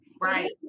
right